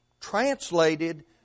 translated